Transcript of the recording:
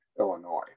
Illinois